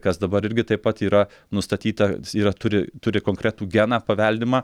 kas dabar irgi taip pat yra nustatyta yra turi turi konkretų geną paveldimą